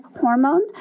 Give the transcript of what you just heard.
hormone